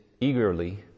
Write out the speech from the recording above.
eagerly